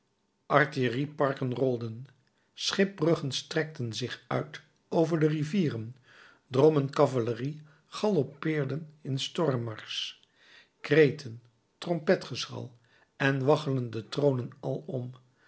voorwaarts artillerie parken rolden schipbruggen strekten zich uit over de rivieren drommen cavalerie galoppeerden in stormmarsch kreten trompetgeschal en waggelende tronen alom